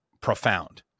profound